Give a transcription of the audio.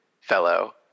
fellow